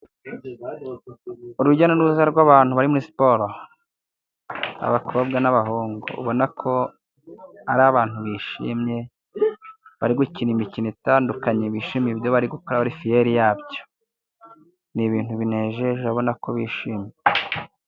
Urujya n'uruza rw'abantu bari muri siporo, abakobwa n'abahungu ,ubona ko ari abantu bishimye ,bari gukina imikino itandukanye bishimiye ibyo bari gukora ,bari fiyeri yabyo ni ibintu binejeje urabona ko bishimye.